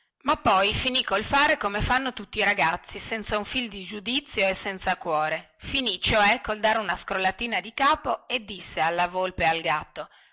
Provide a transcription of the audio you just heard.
ma poi finì col fare come fanno tutti i ragazzi senza un fil di giudizio e senza cuore finì cioè col dare una scrollatina di capo e disse alla volpe